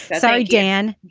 so dan